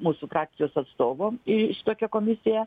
mūsų frakcijos atstovo į tokią komisiją